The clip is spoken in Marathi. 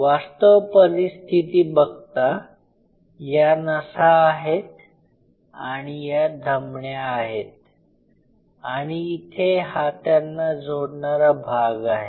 वास्तव परिस्थितीत बघता या नसा आहेत आणि या धमण्या आहेत आणि इथे हा त्यांना जोडणारा भाग आहे